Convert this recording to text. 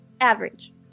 average